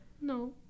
No